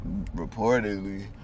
reportedly